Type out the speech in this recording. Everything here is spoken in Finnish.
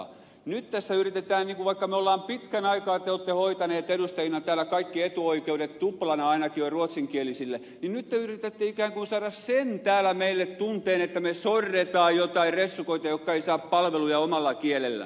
nyt te yritätte vaikka te pitkän aikaa olette hoitaneet edustajina täällä kaikki etuoikeudet tuplana ainakin jo ruotsinkielisille ikään kuin saada sen tunteen meille täällä että me sorramme joitain ressukoita jotka eivät saa palveluja omalla kielellään